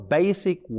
basic